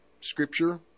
scripture